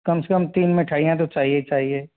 कम से कम तीन मिठाइयाँ तो चाहिए ही चाहिए